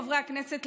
חברי הכנסת,